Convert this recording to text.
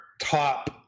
top